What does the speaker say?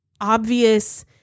obvious